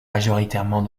majoritairement